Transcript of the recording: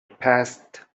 passed